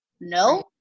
No